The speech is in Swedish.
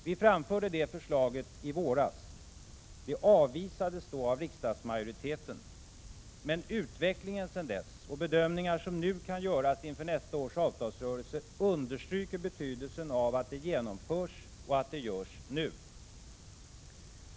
Vi framförde det förslaget i våras. Det avvisades då av riksdagsmajoriteten. Men utvecklingen sedan dess och bedömningar som nu kan göras inför nästa års avtalsrörelse understryker betydelsen av att det genomförs och att det görs nu.